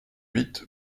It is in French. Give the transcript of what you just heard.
huit